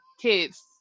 kids